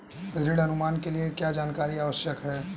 ऋण अनुमान के लिए क्या जानकारी आवश्यक है?